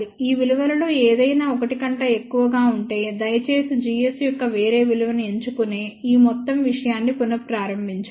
ఈ విలువలలో ఏదైనా 1 కంటే ఎక్కువగా ఉంటే దయచేసి gs యొక్క వేరే విలువను ఎంచుకునే ఈ మొత్తం విషయాన్ని పునఃప్రారంబించండి